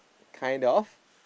kind of